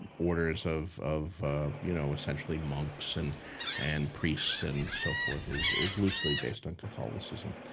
orders of of you know essentially monks and and priests and so forth is is loosely based on catholicism.